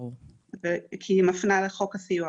כי היא מפנה לחוק הסיוע.